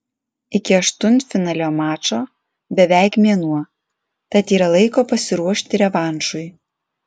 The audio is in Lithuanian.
iki aštuntfinalio mačo beveik mėnuo tad yra laiko pasiruošti revanšui